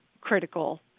critical